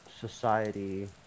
society